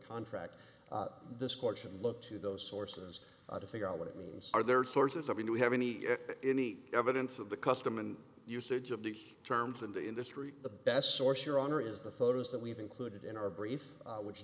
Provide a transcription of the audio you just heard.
contract discourse and look to those sources to figure out what it means are their sources i mean we have any any evidence of the custom and usage of the terms in the industry the best source your honor is the photos that we've included in our brief which